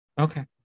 Okay